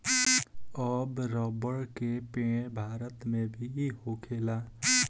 अब रबर के पेड़ भारत मे भी होखेला